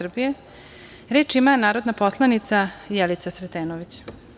Reč ima narodna poslanica Jelica Sretenović.